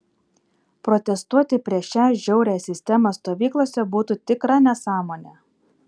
protestuoti prieš šią žiaurią sistemą stovyklose būtų tikra nesąmonė